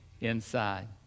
inside